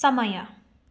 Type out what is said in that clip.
समय